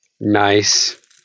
Nice